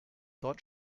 dort